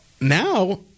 Now